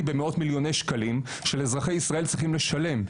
במאות-מיליוני שקלים שאזרחי ישראל צריכים לשלם.